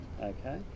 Okay